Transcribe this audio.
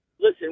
listen